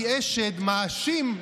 אל תקשיבו להם.